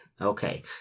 Okay